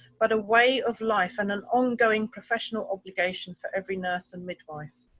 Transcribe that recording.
but a way of life and an ongoing professional obligation for every nurse and midwife.